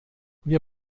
wir